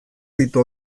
ditu